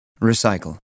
Recycle